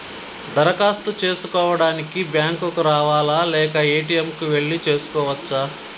దరఖాస్తు చేసుకోవడానికి బ్యాంక్ కు రావాలా లేక ఏ.టి.ఎమ్ కు వెళ్లి చేసుకోవచ్చా?